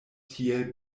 tiel